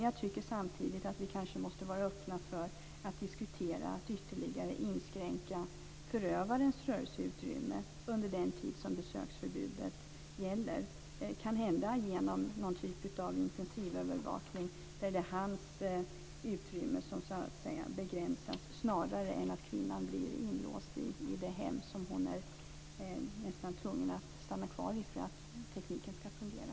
Jag tycker samtidigt att vi måste vara öppna för att diskutera att ytterligare inskränka förövarens rörelseutrymme under den tid som besöksförbudet gäller, kanhända genom någon typ av intensivövervakning. Mannens utrymme begränsas i stället för att kvinnan blir inlåst i det hem som hon nästan är tvungen att stanna kvar i för att tekniken skall fungera.